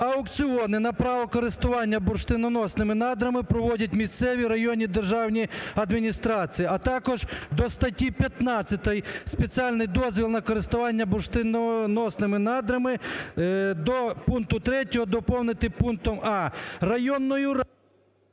"аукціони на право користування бурштиноносними надрами проводять місцеві, районні державні адміністрації". А також до статті 15 "спеціальний дозвіл на користування бурштиноносними надрами до пункту третього доповнити пунктом а)